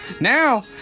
Now